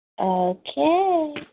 Okay